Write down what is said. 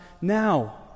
now